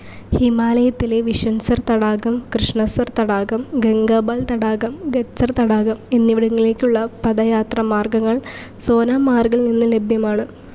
ഹിമാലയത്തിലെ വിഷൻസർ തടാകം കൃഷണസർ തടാകം ഗംഗാബൽ തടാകം ഗദ്സർ തടാകം എന്നിവിടങ്ങളിലേക്കുള്ള പദയാത്രാ മാര്ഗ്ഗങ്ങള് സോനാ മാർഗില് നിന്ന് ലഭ്യമാണ്